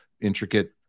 intricate